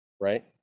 right